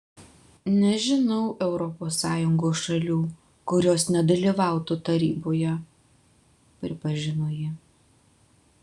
nežinau europos sąjungos šalių kurios nedalyvautų taryboje pripažino ji